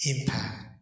impact